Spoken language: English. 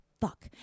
fuck